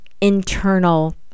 internal